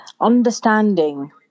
understanding